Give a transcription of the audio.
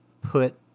Put